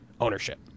ownership